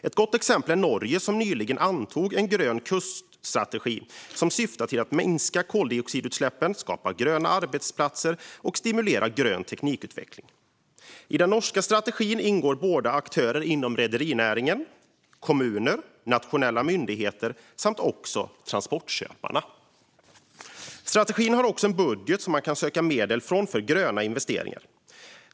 Ett gott exempel är Norge, som nyligen antog en grön kuststrategi som syftar till att minska koldioxidutsläppen, skapa gröna arbetsplatser och stimulera grön teknikutveckling. I den norska strategin ingår aktörer inom rederinäring, kommuner och nationella myndigheter samt transportköpare. Strategin har också en budget som man kan söka medel från för gröna investeringar.